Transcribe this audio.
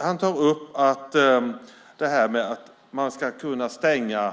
Han tar upp att man ska kunna stänga